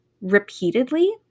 repeatedly